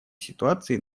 ситуаций